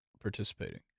participating